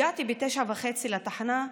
הגעתי ב-09:30 לתחנה,